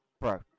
Bro